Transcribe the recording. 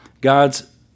God's